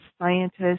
scientists